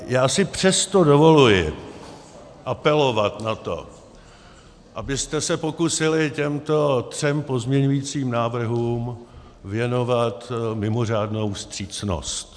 Já si přesto dovoluji apelovat na to, abyste se pokusili těmto třem pozměňujícím návrhům věnovat mimořádnou vstřícnost.